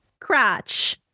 Crotch